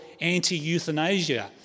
anti-euthanasia